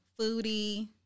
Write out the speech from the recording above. foodie